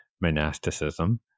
monasticism